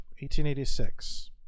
1886